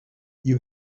you